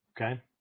okay